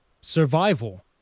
survival